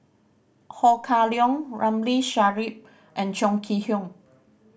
Ho Kah Leong Ramli Sarip and Chong Kee Hiong